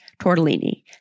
tortellini